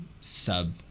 sub